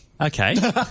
Okay